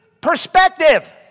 perspective